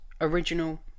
original